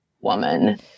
woman